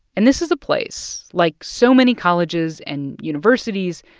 and this is a place, like so many colleges and universities,